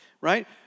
right